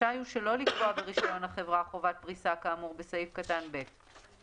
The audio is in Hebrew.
רשאי הוא שלא לקבוע ברישיון החברה חובת פריסה כאמור בסעיף קטן (ב);